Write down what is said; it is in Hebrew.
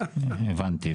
הבנתי.